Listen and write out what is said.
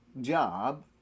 job